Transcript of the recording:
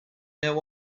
now